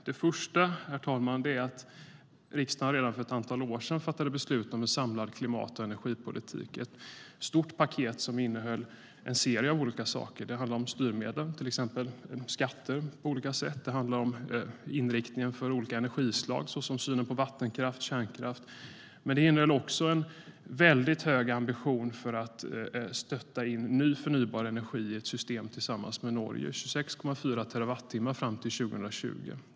Det första är att riksdagen redan för ett antal år sedan fattade beslut om en samlad klimat och energipolitik. Det var ett stort paket som innehöll en serie av olika saker. Det handlade om till exempel styrmedel och skatter på olika sätt. Det handlade om inriktningen för olika energislag såsom synen på vattenkraft och kärnkraft. Det innehöll också en väldigt hög ambition för att stötta in ny förnybar energi i ett system tillsammans med Norge med 26,4 terawattimmar fram till år 2020.